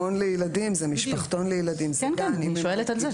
על זה אני שואלת.